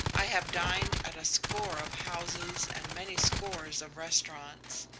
i have dined at a score of houses and many scores of restaurants.